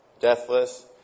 deathless